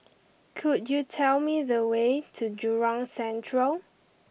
could you tell me the way to Jurong Central